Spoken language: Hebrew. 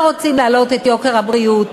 לא רוצים להעלות את יוקר הבריאות.